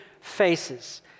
faces